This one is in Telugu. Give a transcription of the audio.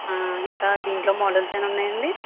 ఇంకా దీంట్లో మోడల్స్ ఏవయినా ఉన్నాయండి